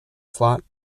slot